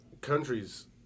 countries